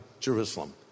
Jerusalem